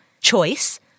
choice